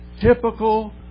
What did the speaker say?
typical